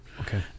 Okay